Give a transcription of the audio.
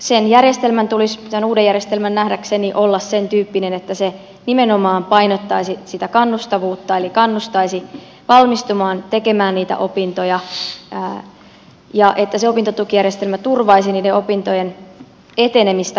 sen uuden järjestelmän tulisi nähdäkseni olla sen tyyppinen että se nimenomaan painottaisi sitä kannustavuutta eli kannustaisi valmistumaan tekemään niitä opintoja ja että se opintotukijärjestelmä turvaisi niiden opintojen etenemistä paremmin